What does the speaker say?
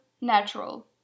natural